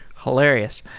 hilarious.